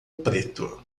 preto